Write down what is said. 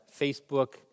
Facebook